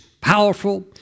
powerful